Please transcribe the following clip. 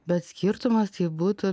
bet skirtumas tai būtų